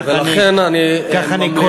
כך אני קולט.